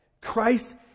Christ